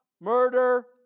murder